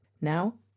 Now